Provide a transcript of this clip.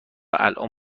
الان